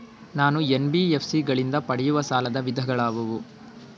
ನಾನು ಎನ್.ಬಿ.ಎಫ್.ಸಿ ಗಳಿಂದ ಪಡೆಯುವ ಸಾಲದ ವಿಧಗಳಾವುವು?